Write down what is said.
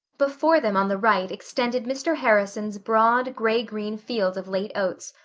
before them on the right extended mr. harrison's broad, gray-green field of late oats,